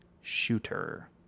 shooter